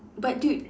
but dude